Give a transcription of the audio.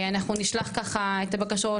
אנחנו נשלח ככה את הבקשות,